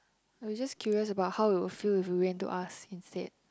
we just curious about how we will feel if we went to ask instead